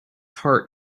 heart